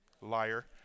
Liar